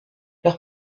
leur